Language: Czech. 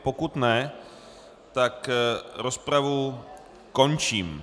Pokud ne, tak rozpravu končím.